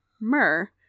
myrrh